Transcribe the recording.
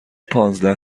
پانزده